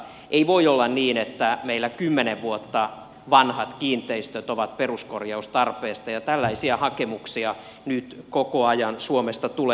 ei voi olla niin että meillä kymmenen vuotta vanhat kiinteistöt ovat peruskorjaustarpeessa ja tällaisia hakemuksia nyt koko ajan suomesta tulee